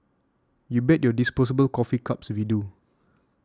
you bet your disposable coffee cups we do